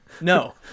No